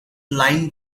lined